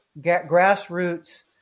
grassroots